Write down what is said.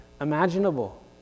imaginable